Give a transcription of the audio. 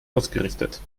ausgerichtet